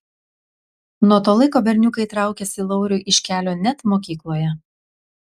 nuo to laiko berniukai traukėsi lauriui iš kelio net mokykloje